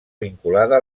vinculada